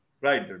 Right